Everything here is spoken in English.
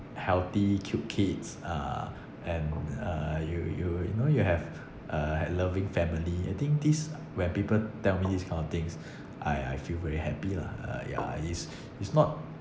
healthy cute kids uh and uh you you you know you have uh have a loving family I think this when people tell me these kind of things I I feel very happy lah uh ya it's it's not